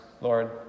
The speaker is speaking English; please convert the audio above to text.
Lord